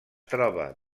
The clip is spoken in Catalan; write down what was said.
troba